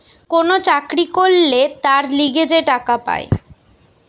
কোন চাকরি করলে তার লিগে যে টাকা পায়